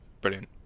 Brilliant